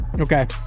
okay